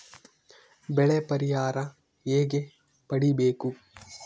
ಬೆಳೆ ಪರಿಹಾರ ಹೇಗೆ ಪಡಿಬೇಕು?